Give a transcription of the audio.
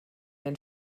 den